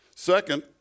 Second